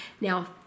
Now